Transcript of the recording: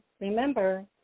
remember